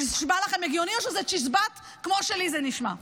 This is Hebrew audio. זה נשמע לכם הגיוני או שזה צ'יזבט כמו שלי זה נשמע?